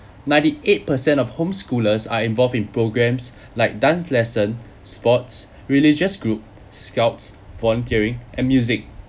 ninety eight percent of home schoolers are involved in programmess like dance lesson sports religious groups scouts volunteering and music